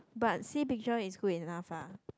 but see picture is good enough ah